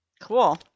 cool